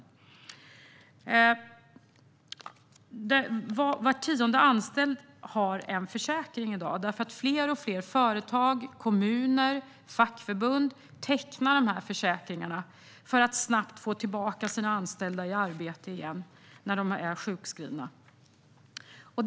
I dag har var tionde anställd en försäkring, eftersom fler och fler företag, kommuner och fackförbund tecknar dessa försäkringar för att snabbt få tillbaka sina sjukskrivna anställda och medlemmar i arbete.